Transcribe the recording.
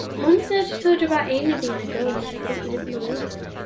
you about amy being a ghost, but you didn't believe her.